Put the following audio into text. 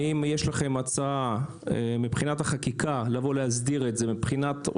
האם יש לכם הצעת חקיקה להסדיר את זה באינטרנט,